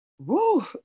Woo